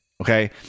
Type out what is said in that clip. Okay